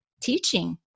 teaching